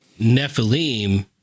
Nephilim